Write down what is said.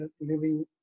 living